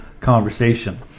conversation